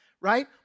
right